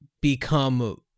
become